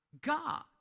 God